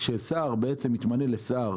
כשהשר מתמנה לשר,